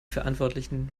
verantwortlichen